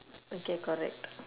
okay correct